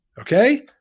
okay